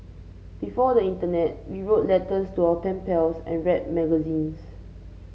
before the internet we wrote letters to our pen pals and read magazines